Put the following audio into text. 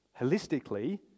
holistically